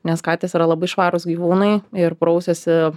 nes katės yra labai švarūs gyvūnai ir prausiasi